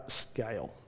scale